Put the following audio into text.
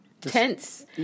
Tense